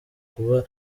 kuba